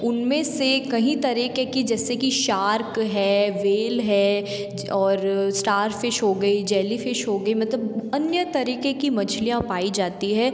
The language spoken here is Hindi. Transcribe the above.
उनमें से कहीं तरीक़े की जैसे कि शार्क है व्हेल है और स्टारफिश हो गई जेलीफिश हो गई मतलब अन्य तरीक़े की मछलियाँ पाई जाती है